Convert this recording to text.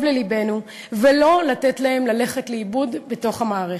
ללבנו ולא לתת להן ללכת לאיבוד בתוך המערכת.